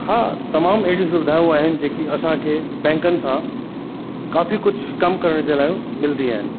हा तमामु अहिड़ियूं सुविधाऊं आहिनि जेकी असांखे बैंकनि सां काफ़ी कुझु कमु करण जे लाइ मिलंदी आहिनि